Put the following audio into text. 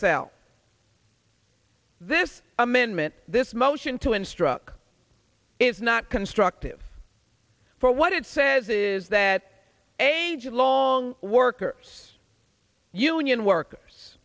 cell this amendment this motion to instruct is not constructive for what it says is that age long workers union workers